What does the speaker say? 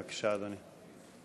בבקשה, אדוני.